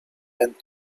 and